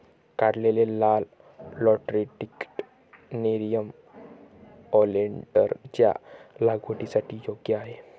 काढलेले लाल lateritic nerium ओलेन्डरच्या लागवडीसाठी योग्य आहे